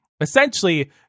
Essentially